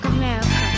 America